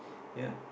ya